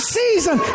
season